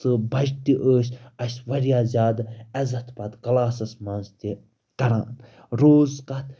سُہ بچہِ تہِ ٲسۍ اَسہِ واریاہ زیادٕ عزت پَتہٕ کلاسَس منٛز تہِ کَران روٗز کَتھ